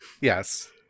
Yes